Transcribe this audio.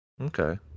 Okay